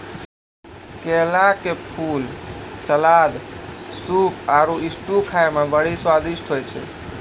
केला के फूल, सलाद, सूप आरु स्ट्यू खाए मे बड़ी स्वादिष्ट होय छै